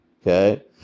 okay